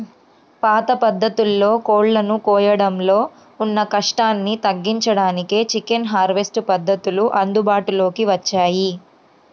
పాత పద్ధతుల్లో కోళ్ళను కోయడంలో ఉన్న కష్టాన్ని తగ్గించడానికే చికెన్ హార్వెస్ట్ పద్ధతులు అందుబాటులోకి వచ్చాయి